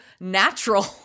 natural